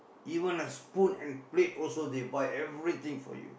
even a spoon and plate also they buy everything for you